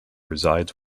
resides